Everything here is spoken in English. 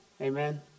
Amen